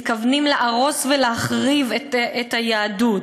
מתכוונים להרוס ולהחריב את היהדות,